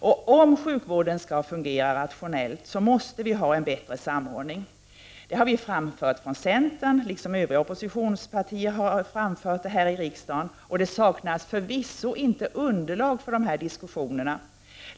För att sjukvården skall fungera rationellt måste vi ha en bättre samordning. Det har vi från centern liksom övriga oppositionspartier framfört här i riksdagen, och det saknas förvisso inte underlag för dessa diskussioner.